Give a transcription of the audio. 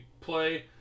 play